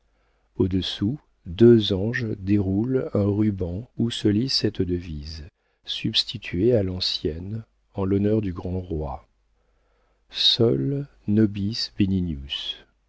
au-dessous deux anges déroulent un ruban où se lit cette devise substituée à l'ancienne en l'honneur du grand roi sol